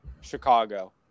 Chicago